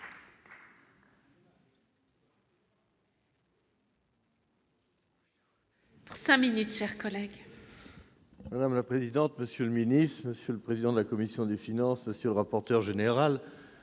Madame la présidente, monsieur le ministre, monsieur le président de la commission des finances, monsieur le rapporteur général,